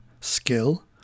skill